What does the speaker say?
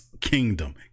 kingdom